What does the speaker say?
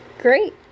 Great